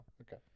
Okay